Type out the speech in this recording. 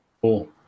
Cool